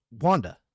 Wanda